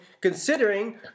considering